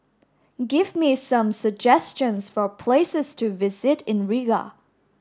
give me some suggestions for places to visit in Riga